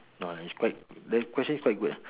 no its quite the question is quite good ah